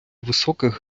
високих